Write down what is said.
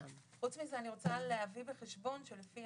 חוץ מזה אני רוצה להביא בחשבון שלפי